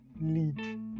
lead